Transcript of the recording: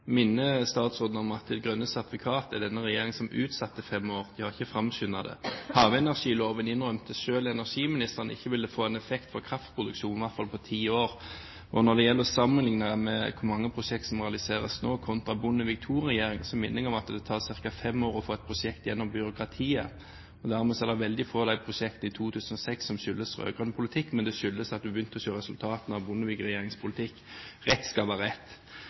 minner statsråden om at når det gjelder grønne sertifikater, var det denne regjeringen som utsatte det i fem år, den har ikke framskyndet det. Havenergiloven innrømmet selv energiministeren ikke ville få en effekt på kraftproduksjonen i hvert fall på ti år. Sammenligner en prosjekter som realiseres nå, med prosjekter under Bondevik II-regjeringen, minner jeg om at det tar ca. fem år å få et prosjekt gjennom byråkratiet. Dermed er det veldig få av prosjektene fra 2006 som skyldes rød-grønn politikk; det skyldes at vi begynte å se resultatene av Bondevik-regjeringens politikk. Rett skal være rett.